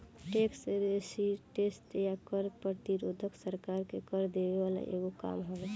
tax resistance या कर प्रतिरोध सरकार के कर देवे वाला एगो काम हवे